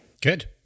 Good